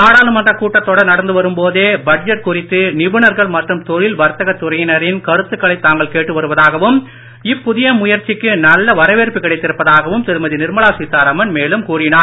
நாடாளுமன்ற கூட்டத்தொடர் நடந்து வரும் போதே பட்ஜெட் குறித்து நிபுணர்கள் மற்றும் தொழில் வர்த்தக துறையினரின் கருத்துக்களை தாங்கள் கேட்டு வருவதாகவும் இப்புதிய முயற்சிக்கு நல்ல வரவேற்பு கிடைத்திருப்பதாகவும் திருமதி நிர்மலா சீதாராமன் மேலும் கூறினார்